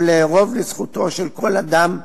ולערוב לזכותו של כל אדם,